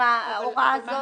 ההוראה הזאת?